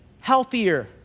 healthier